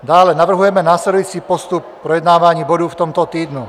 Dále navrhujeme následující postup projednávání bodů v tomto týdnu.